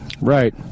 Right